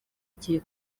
kiri